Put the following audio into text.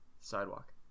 sidewalk